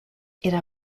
era